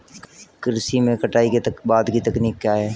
कृषि में कटाई के बाद की तकनीक क्या है?